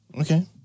Okay